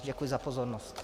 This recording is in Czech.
Děkuji za pozornost.